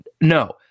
No